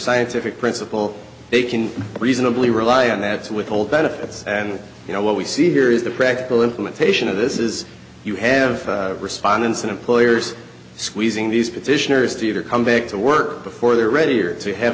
scientific principle they can reasonably rely on that to withhold benefits and you know what we see here is the practical implementation of this is you have respondents and employers squeezing these petitioners to either come back to work before they're ready or to have